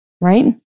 Right